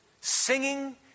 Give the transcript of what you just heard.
singing